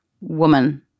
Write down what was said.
woman